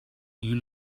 you